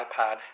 iPad